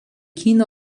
china